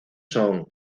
son